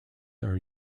are